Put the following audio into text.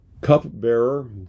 cupbearer